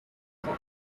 for